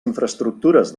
infraestructures